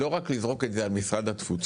לא רק לזרוק את זה על משרד התפוצות.